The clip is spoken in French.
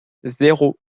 zéro